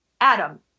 Adam